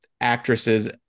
actresses